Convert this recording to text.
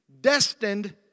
destined